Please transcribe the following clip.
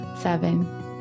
seven